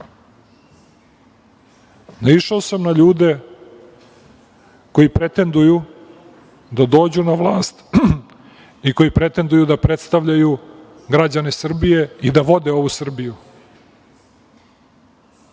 Naišao sam na ljude koji pretenduju da dođu na vlast i koji pretenduju da predstavljaju građane Srbije i da vode ovu Srbiju.